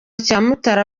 cyamutara